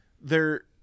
they're-